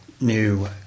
new